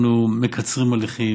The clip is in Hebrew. אנחנו מקצרים הליכים,